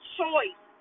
choice